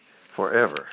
Forever